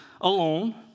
alone